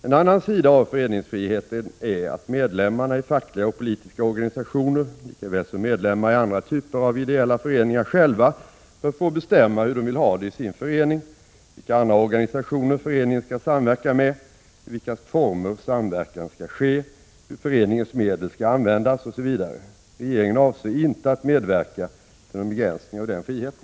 En annan sida av föreningsfriheten är att medlemmarna i fackliga och politiska organisationer, lika väl som medlemmar i andra typer av ideella föreningar, själva bör få bestämma hur de vill ha det i sin förening, vilka andra organisationer föreningen skall samverka med, i vilka former samverkan skall ske, hur föreningens medel skall användas, osv. Regeringen avser inte att medverka till någon begränsning av den friheten.